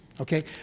okay